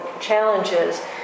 challenges